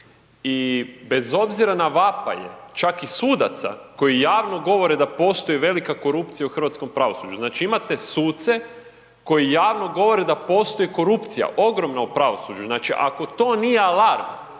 i bez obzira na vapaje, čak i sudaca, koji javno govore da postoji velika korupcija u hrvatskom pravosuđu, znači imate suce, koji javno govore da postoji korupcija, ogromna u pravosuđu, znači ako to nije alarm,